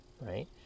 right